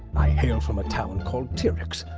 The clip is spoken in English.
i hail from a town called ty'rex,